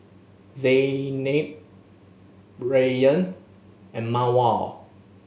Zaynab Rayyan and Mawar